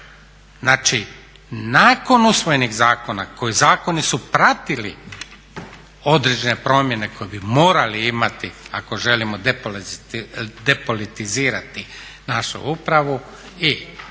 Znači, nakon usvojenih zakona koji zakoni su pratili određene promjene koje bi morali imati ako želimo depolitizirati našu upravu i